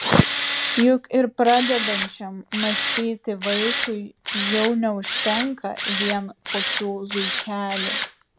juk ir pradedančiam mąstyti vaikui jau neužtenka vien kokių zuikelių